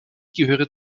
gehöre